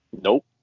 Nope